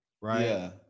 right